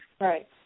Right